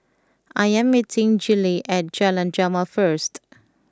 I am meeting Gillie at Jalan Jamal first